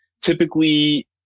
typically